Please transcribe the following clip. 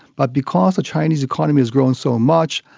but because the chinese economy is growing so much,